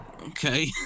Okay